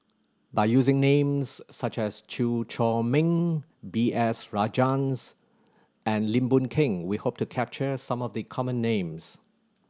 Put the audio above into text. by using names such as Chew Chor Meng B S Rajhans and Lim Boon Keng we hope to capture some of the common names